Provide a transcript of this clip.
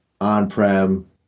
on-prem